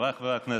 חבריי חברי הכנסת,